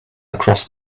across